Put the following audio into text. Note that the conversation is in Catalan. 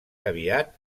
aviat